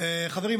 חברים,